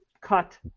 cut